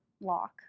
lock